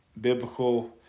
biblical